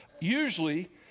Usually